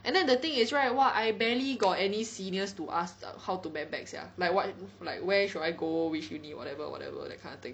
and then the thing is right !wah! I barely got any seniors to ask how to map back sia like what like where should I go which uni whatever whatever that kind of thing